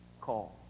call